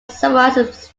summarizes